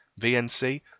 VNC